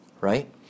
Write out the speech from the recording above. right